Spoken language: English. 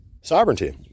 sovereignty